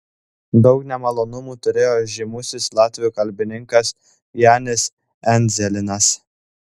daug nemalonumų turėjo žymusis latvių kalbininkas janis endzelynas